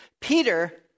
Peter